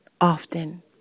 often